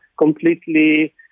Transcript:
completely